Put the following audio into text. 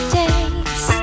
days